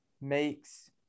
makes